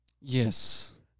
Yes